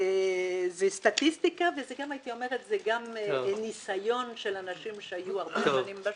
זה סטטיסטיקה וגם הייתי אומרת שזה ניסיון של אנשים שהיו הרבה שנים בשוק.